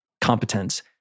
competence